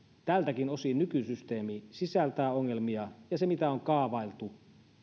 tältäkin osin nykysysteemi sisältää ongelmia ja että se mitä on kaavailtu